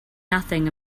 nothing